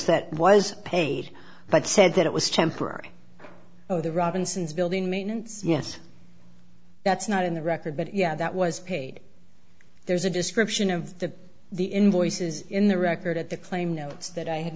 that was paid but said that it was temporary oh the robinsons building maintenance yes that's not in the record but yeah that was paid there's a description of the the invoices in the record at the claim notes that i